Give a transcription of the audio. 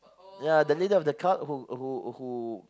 ya the leader of the cult who who who